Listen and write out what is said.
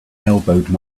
elbowed